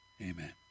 Amen